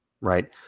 right